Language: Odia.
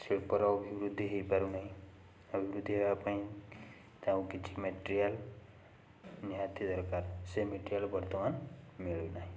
ଶିଳ୍ପର ଅଭିବୃଦ୍ଧି ହେଇପାରୁ ନାହିଁ ଆଉ ବୃଦ୍ଧି ହେବା ପାଇଁ ତାଙ୍କୁ କିଛି ମ୍ୟାଟେରିଆଲ୍ ନିହାତି ଦରକାର ସେ ମ୍ୟାଟେରିଆଲ୍ ବର୍ତ୍ତମାନ ମିଳୁନାହିଁ